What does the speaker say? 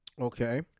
Okay